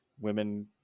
women